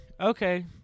Okay